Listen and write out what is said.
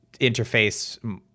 interface